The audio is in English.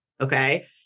Okay